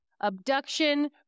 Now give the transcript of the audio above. Abduction